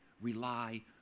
rely